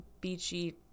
beachy